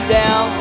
down